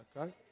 Okay